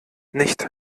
nicht